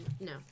No